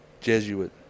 Jesuit